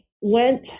went